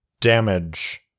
damage